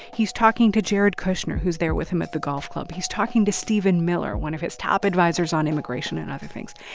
he's talking to jared kushner, who's there with him at the golf club. he's talking to stephen miller, one of his top advisers on immigration and other things.